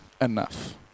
enough